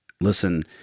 listen